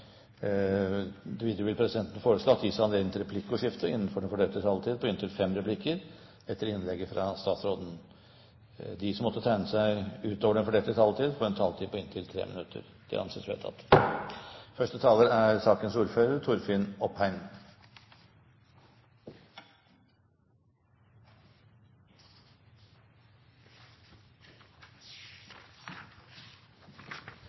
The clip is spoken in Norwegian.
innenfor den fordelte taletid. Videre blir det foreslått at de som måtte tegne seg på talerlisten utover den fordelte taletid, får en taletid på inntil 3 minutter. – Det anses vedtatt. Forslaget fra Kristelig Folkepartis representanter er